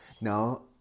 now